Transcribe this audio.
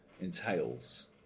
entails